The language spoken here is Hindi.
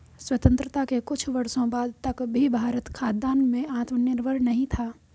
स्वतंत्रता के कुछ वर्षों बाद तक भी भारत खाद्यान्न में आत्मनिर्भर नहीं था